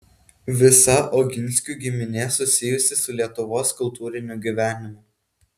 visa oginskių giminė susijusi su lietuvos kultūriniu gyvenimu